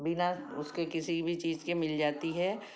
बिना उसके किसी भी चीज के मिल जाती है